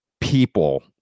people